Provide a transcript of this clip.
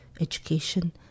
education